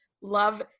love